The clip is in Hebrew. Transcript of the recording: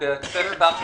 מסביר?